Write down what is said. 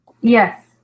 Yes